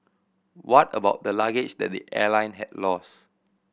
what about the luggage that the airline had lost